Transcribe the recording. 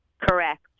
Correct